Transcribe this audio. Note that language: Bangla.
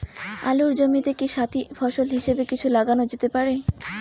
আলুর জমিতে কি সাথি ফসল হিসাবে কিছু লাগানো যেতে পারে?